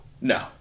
No